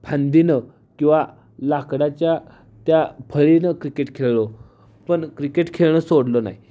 फांदीनं किंवा लाकडाच्या त्या फळीनं क्रिकेट खेळलो पण क्रिकेट खेळणं सोडलं नाही